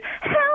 Help